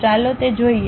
ચાલો તે જોઈએ